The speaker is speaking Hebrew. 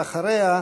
ואחריה,